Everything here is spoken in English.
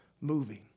moving